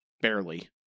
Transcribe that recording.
Barely